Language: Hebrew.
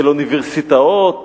של אוניברסיטאות